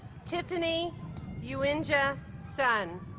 tiffany yunjia sun